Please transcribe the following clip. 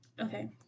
Okay